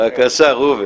בבקשה, ראובן.